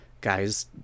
guys